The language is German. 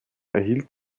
erhielt